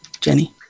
Jenny